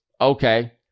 Okay